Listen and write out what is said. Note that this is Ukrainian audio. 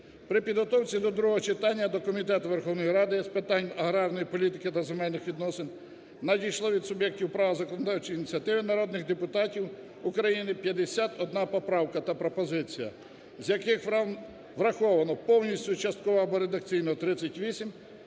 При підготовці до другого читання до Комітету Верховної Ради з питань аграрної політики та земельних відносин надійшло від суб'єктів права законодавчої ініціативи, народних депутатів України, 51 поправка та пропозиція, з яких враховано повністю, частково або редакційно 38